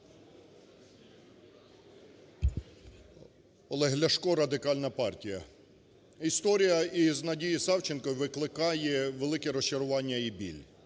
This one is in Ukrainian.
Олег Ляшко, Радикальна партія. Історія із Надією Савченко викликає велике розчарування і біль